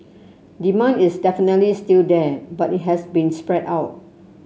demand is definitely still there but it has been spread out